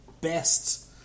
best